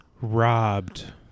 robbed